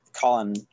Colin